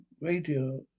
Radio